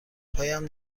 پایم